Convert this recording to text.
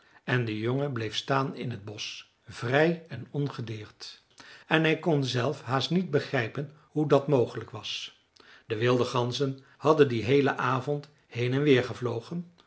en de jongen bleef staan in het bosch vrij en ongedeerd en hij kon zelf haast niet begrijpen hoe dat mogelijk was de wilde ganzen hadden dien heelen avond heen en weer gevlogen